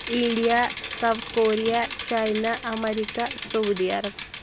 India South Korea China America Saudi Arab